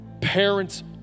Parents